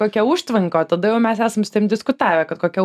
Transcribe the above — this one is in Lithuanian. kokia užtvanka o tada jau mes esam diskutavę kad kokia